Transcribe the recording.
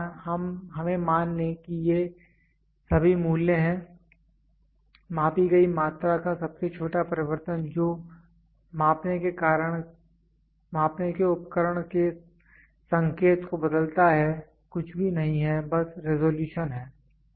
हमें मान लें कि ये सभी मूल्य हैं मापी गई मात्रा का सबसे छोटा परिवर्तन जो मापने के उपकरण के संकेत को बदलता है कुछ भी नहीं है बस रेजोल्यूशन है